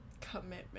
Commitment